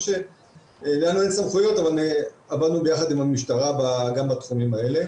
לנו אין סמכויות אבל עבדנו יחד עם המשטרה גם בתחומים האלה.